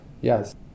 yes